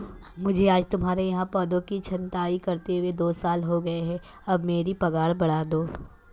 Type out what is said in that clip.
मुझे आज तुम्हारे यहाँ पौधों की छंटाई करते हुए दो साल हो गए है अब मेरी पगार बढ़ा दो